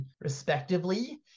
respectively